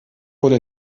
wurde